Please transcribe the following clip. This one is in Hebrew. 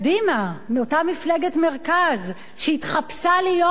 אותה מפלגת מרכז שהתחפשה להיות שמאל,